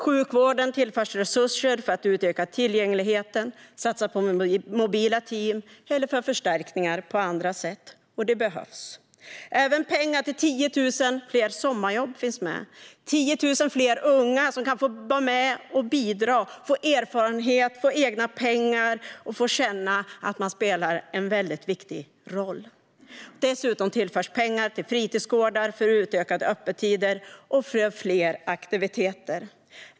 Sjukvården tillförs resurser för att utöka tillgängligheten, satsa på mobila team eller för förstärkningar på andra sätt. Det behövs. Även pengar till 10 000 fler sommarjobb finns med. 10 000 fler unga kan nu få vara med och bidra, få erfarenhet, få egna pengar och få känna att man spelar en viktig roll. Dessutom tillförs pengar till fritidsgårdar för utökade öppettider och för fler aktiviteter.